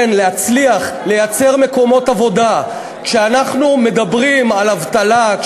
כן, להצליח, ליצור מקומות עבודה, על מה אתה מדבר?